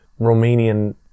Romanian